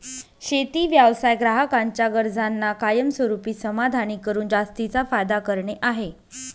शेती व्यवसाय ग्राहकांच्या गरजांना कायमस्वरूपी समाधानी करून जास्तीचा फायदा करणे आहे